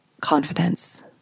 confidence